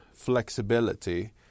flexibility